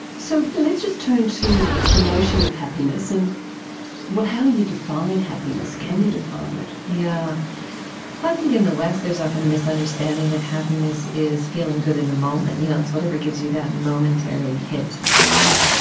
so let's just turn to the notion of happiness and how you define happiness. can you define it? yeah i think in the west there is often a misunderstanding that happiness is feeling good in the moment, you know it's whatever gives you that momentary hit, if you will.